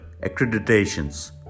accreditations